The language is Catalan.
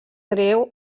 greu